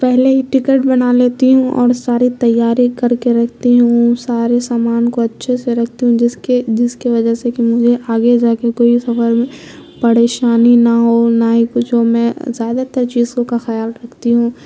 پہلے ہی ٹکٹ بنا لیتی ہوں اور ساری تیاری کر کے رکھتی ہوں سارے سامان کو اچھے سے رکھتی ہوں جس کے جس کی وجہ سے کہ مجھے آگے جا کے کوئی سفر میں پریشانی نہ ہو نہ ہی کچھ ہو میں زیادہ تر چیزوں کا خیال رکھتی ہوں